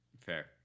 Fair